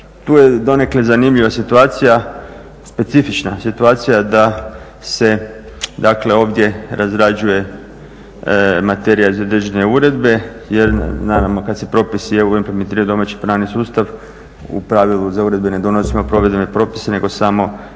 Tu je donekle zanimljiva situacija specifična situacija da se ovdje razrađuje materija za … uredbe jer naravno kada se propisi EU … pravni sustav u pravilu za uredbe ne donosimo provedbene propise nego samo